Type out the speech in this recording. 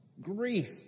grief